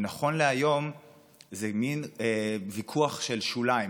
ונכון להיום זה מין ויכוח של שוליים,